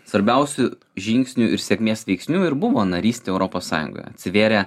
svarbiausių žingsnių ir sėkmės veiksnių ir buvo narystė europos sąjungoje atsivėrė